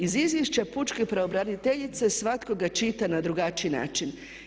Iz izvješća pučke pravobraniteljice svatko ga čita na drugačiji način.